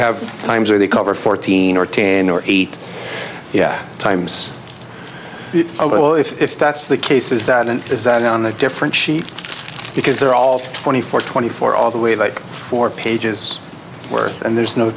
have times where they cover fourteen or ten or eight times oh if that's the case is that an is that on a different she because they're all twenty four twenty four all the way like four pages worth and there's no